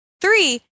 three